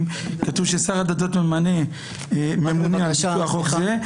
כתוב ששר הדתות ממונה על פיקוח חוק זה,